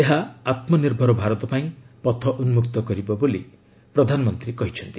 ଏହା ଆତ୍ମନିର୍ଭର ଭାରତ ପାଇଁ ପଥ ଉନ୍କକ୍ତ କରିବ ବୋଲି ପ୍ରଧାନମନ୍ତ୍ରୀ କହିଛନ୍ତି